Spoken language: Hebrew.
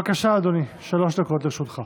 בבקשה, אדוני, שלוש דקות לרשותך.